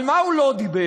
על מה הוא לא דיבר?